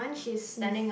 she's